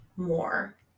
more